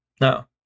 No